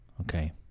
Okay